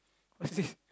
what's this